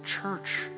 church